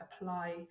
apply